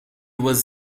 was